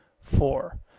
four